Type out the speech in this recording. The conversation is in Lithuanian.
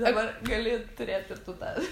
dabar gali turėti tu tą